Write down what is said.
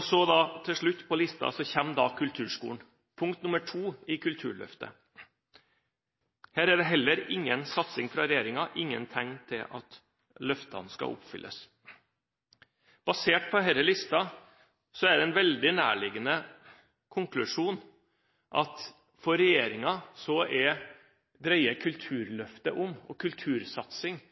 Til slutt på listen kommer kulturskolen, punkt nr. 2 i Kulturløftet. Her er det heller ingen satsing fra regjeringen, ingen penger så løftene skal kunne oppfylles. Basert på denne listen er en veldig nærliggende konklusjon at for regjeringen dreier Kulturløftet og kultursatsing